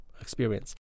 experience